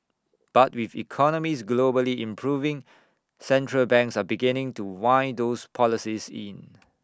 but with economies globally improving central banks are beginning to wind those policies in